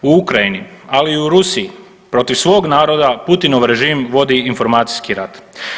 U Ukrajini, ali i u Rusiji protiv svog naroda Putinov režim vodi informacijski rat.